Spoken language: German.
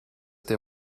der